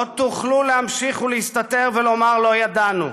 לא תוכלו להמשיך ולהסתתר ולומר "לא ידענו".